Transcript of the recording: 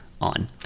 on